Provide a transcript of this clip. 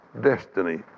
destiny